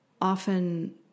often